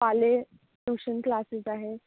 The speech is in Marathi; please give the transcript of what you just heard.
पाले ट्यूशन क्लासेस आहे